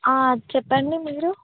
చెప్పండి మీరు